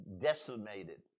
decimated